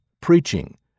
preaching